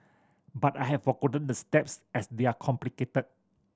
but I have forgotten the steps as they are complicated